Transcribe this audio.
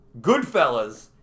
Goodfellas